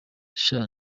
sha